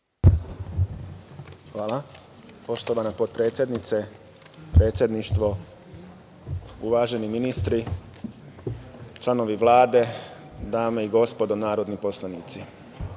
Hvala. Poštovana potpredsednice, predsedništvo, uvaženi ministre, članovi Vlade, dame i gospodo narodni poslanici,